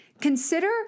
Consider